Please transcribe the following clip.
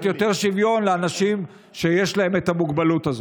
יותר שוויון לאנשים שיש להם את המוגבלות הזו.